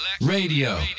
radio